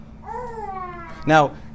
Now